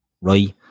right